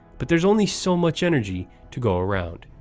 but there's only so much energy to go around.